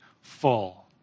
full